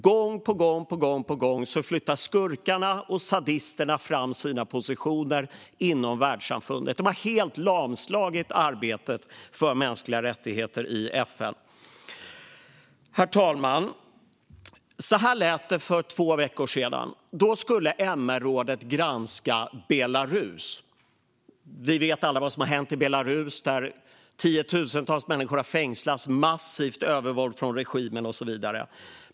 Gång på gång flyttar skurkarna och sadisterna fram sina positioner inom världssamfundet. De har helt lamslagit arbetet för mänskliga rättigheter i FN. Herr talman! För två veckor sedan skulle MR-rådet granska Belarus. Vi vet alla vad som har hänt i Belarus. Tiotusentals människor har fängslats, det har varit ett massivt övervåld från regimen och så vidare.